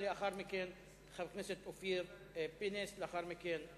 470, 480,